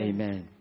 Amen